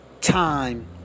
Time